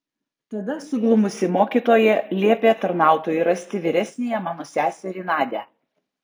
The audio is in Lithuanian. tada suglumusi mokytoja liepė tarnautojui rasti vyresniąją mano seserį nadią